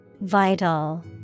Vital